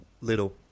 Little